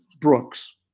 Brooks